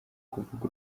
kuvuga